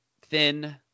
thin